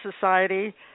Society